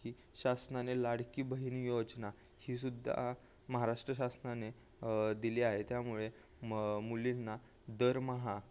की शासनाने लाडकी बहीण योजना ही सुद्धा महाराष्ट्र शासनाने दिली आहे त्यामुळे म मुलींना दरमहा